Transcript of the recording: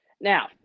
Now